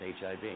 HIV